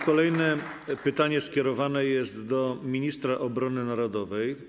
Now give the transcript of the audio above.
Kolejne pytanie skierowane jest do ministra obrony narodowej.